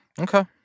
Okay